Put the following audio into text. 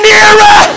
nearer